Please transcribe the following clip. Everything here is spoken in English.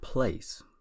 place